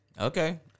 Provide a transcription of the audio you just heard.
Okay